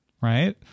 right